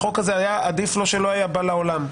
עדיף שלא היה בא לעולם,